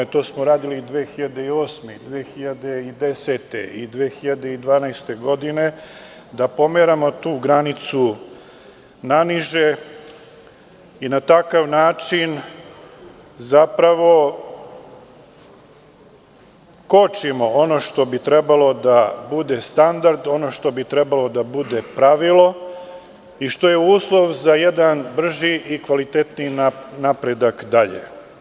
To smo radili i 2008, 2010. i 2012. godine, da pomeramo tu granicu naniže i na takav način zapravo kočimo ono što bi trebalo da bude standard, ono što bi trebalo da bude pravilo i što je uslov za jedan brži i kvalitetniji napredak dalje.